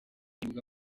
imbuga